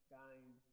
dying